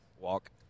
walk